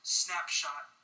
snapshot